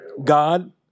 God